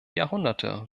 jahrhunderte